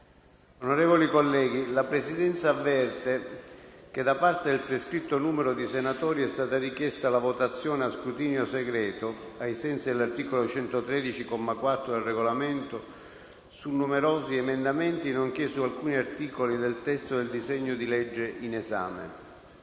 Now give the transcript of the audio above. la Presidenza avverte che, da parte del prescritto numero di senatori, è stata richiesta la votazione a scrutinio segreto, ai sensi dell' articolo 113, comma 4, del Regolamento, su numerosi emendamenti, nonché su alcuni articoli del testo del disegno di legge in esame.